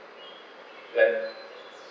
ya